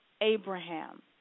Abraham